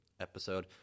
episode